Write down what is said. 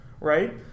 right